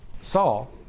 Saul